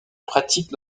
pratiques